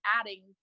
adding